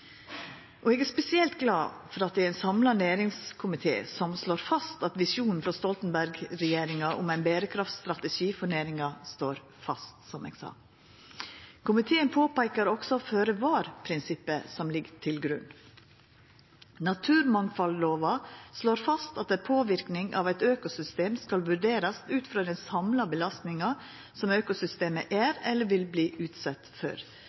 Og eg er spesielt glad for at ein samla næringskomité slår fast at visjonen frå Stoltenberg-regjeringa om ein berekraftstrategi for næringa står fast. Komiteen påpeikar også føre-var-prinsippet som ligg til grunn. Naturmangfaldlova slår fast at ein påverknad av eit økosystem skal vurderast ut frå den samla belastninga som økosystemet er eller vil verta utsett for.